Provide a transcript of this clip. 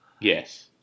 Yes